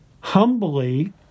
Humbly